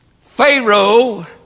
Pharaoh